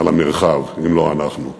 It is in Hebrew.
על המרחב אם לא אנחנו?